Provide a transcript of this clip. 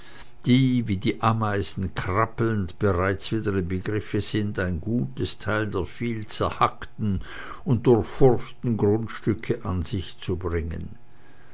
die wie die ameisen krabbelnd bereits wieder im begriffe sind ein gutes teil der viel zerhackten und durchfurchten grundstücke an sich zu bringen